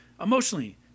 emotionally